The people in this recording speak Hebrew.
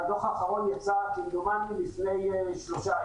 והדוח האחרון יצא כמדומני לפני חודש,